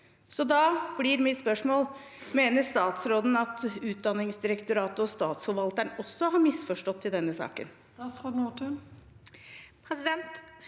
Da blir mitt spørsmål: Mener statsråden at Utdanningsdirektoratet og statsforvalterne også har misforstått i denne saken?